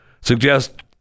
Suggest